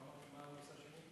מה הנושא השני?